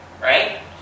Right